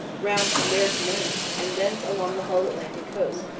round from there to maine, and thence along the whole atlantic coast,